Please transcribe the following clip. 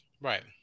Right